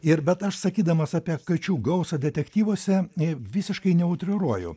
ir bet aš sakydamas apie kačių gausą detektyvuose visiškai neutriruoju